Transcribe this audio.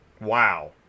wow